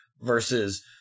versus